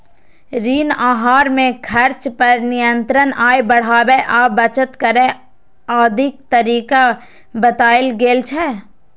ऋण आहार मे खर्च पर नियंत्रण, आय बढ़ाबै आ बचत करै आदिक तरीका बतायल गेल छै